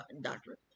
doctor